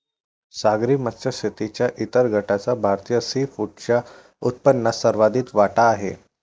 सागरी मत्स्य शेतीच्या इतर गटाचा भारतीय सीफूडच्या उत्पन्नात सर्वाधिक वाटा आहे